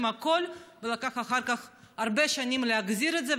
הכול ולקח אחר כך הרבה שנים להחזיר את זה,